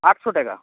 আটশো টাকা